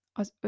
az